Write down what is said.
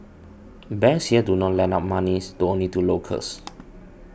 banks here do not lend out money only to locals